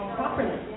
properly